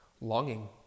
longing